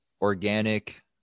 organic